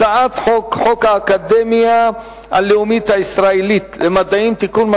הצעת חוק האקדמיה הלאומית הישראלית למדעים (תיקון,